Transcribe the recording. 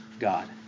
God